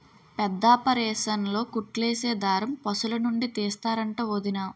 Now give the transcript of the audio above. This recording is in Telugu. పెద్దాపరేసన్లో కుట్లేసే దారం పశులనుండి తీస్తరంట వొదినా